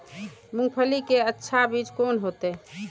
मूंगफली के अच्छा बीज कोन होते?